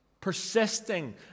Persisting